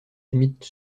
humides